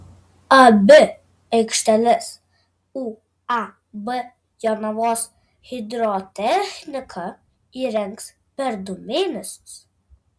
abi aikšteles uab jonavos hidrotechnika įrengs per du mėnesius